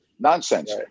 Nonsense